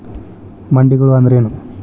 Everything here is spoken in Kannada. ಮಂಡಿಗಳು ಅಂದ್ರೇನು?